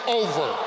over